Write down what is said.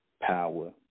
power